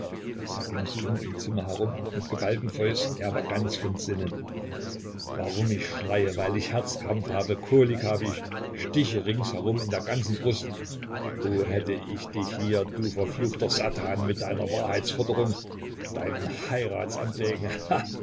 er ging suchend im zimmer herum mit geballten fäusten er war ganz von sinnen warum ich schreie weil ich herzkrampf habe kolik habe ich stiche rings herum in der ganzen brust oh hätt ich dich hier du verfluchter satan mit deiner wahrheitsforderung deinen heiratsanträgen